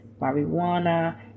marijuana